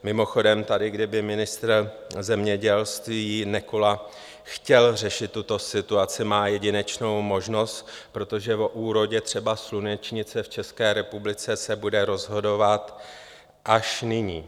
Mimochodem, tady kdyby ministr zemědělství Nekola chtěl řešit tuto situaci, má jedinečnou možnost, protože o úrodě třeba slunečnice v České republice se bude rozhodovat až nyní.